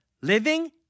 Living